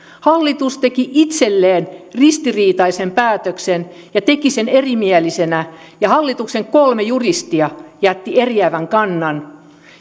hallitus teki itselleen ristiriitaisen päätöksen ja teki sen erimielisenä ja hallituksen kolme juristia jättivät eriävän kannan